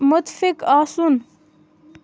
مُتفِق آسُن